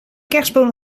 kerstboom